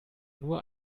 nur